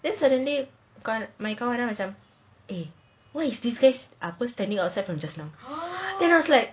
then suddenly my kawan macam eh why is this guy standing outside from just now then I was like